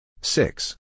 Six